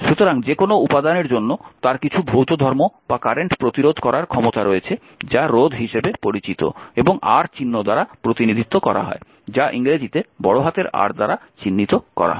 সুতরাং যে কোনও উপাদানের জন্য তার কিছু ভৌত ধর্ম বা কারেন্ট প্রতিরোধ করার ক্ষমতা রয়েছে যা রোধ হিসাবে পরিচিত এবং R চিহ্ন দ্বারা প্রতিনিধিত্ব করা হয় যা ইংরেজিতে বড় হাতের R দ্বারা চিহ্নিত করা হয়